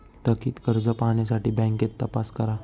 थकित कर्ज पाहण्यासाठी बँकेत तपास करा